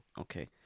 Okay